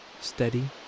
steady